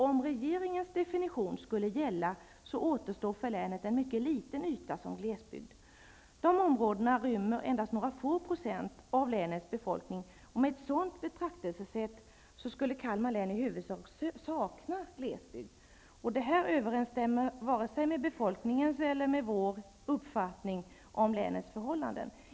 Om regeringens definition skulle gälla, återstår för länet en mycket liten yta som glesbygd. De områdena rymmer endast några få procent av länets befolkning. Med ett sådant betraktelsesätt skulle Kalmar län i huvudsak sakna glesbygd. Detta överensstämmer med befolkningens eller med vår uppfattning om länets förhållande.